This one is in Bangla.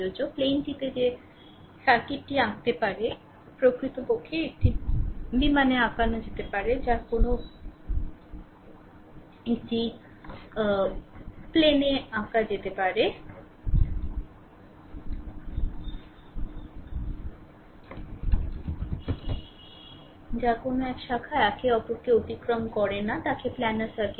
প্লেনটিতে যে সার্কিটটি আঁকতে পারে প্রকৃতপক্ষে একটি প্লেনে আঁকানো যেতে পারে যার কোন শাখা একে অপরকে অতিক্রম করে না তাকে প্ল্যানার সার্কিট বলে